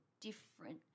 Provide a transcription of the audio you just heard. different